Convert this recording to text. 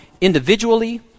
individually